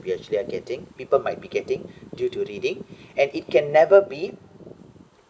we actually are getting people might be getting due to reading and it can never be